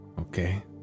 Okay